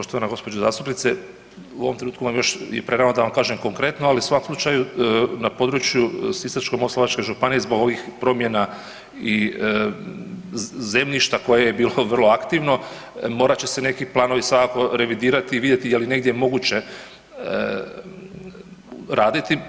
Poštovana gospođo zastupnice u ovom trenutku vam još je prerano da vam kažem konkretno, ali u svakom slučaju na području Sisačko-moslavačke županije zbog ovih promjena i zemljišta koje je bilo vrlo aktivno morat će se neki planovi svakako revidirati i vidjeti je li negdje moguće raditi.